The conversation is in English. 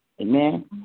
Amen